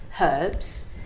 Herbs